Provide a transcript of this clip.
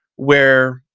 where